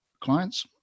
clients